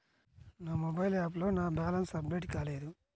నా మొబైల్ యాప్లో నా బ్యాలెన్స్ అప్డేట్ కాలేదు